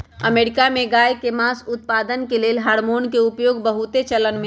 America में गायके मास उत्पादन के लेल हार्मोन के उपयोग बहुत चलनमें हइ